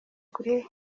kure